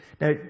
Now